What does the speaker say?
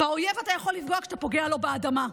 באויב אתה יכול לפגוע כשאתה פוגע לו באדמה.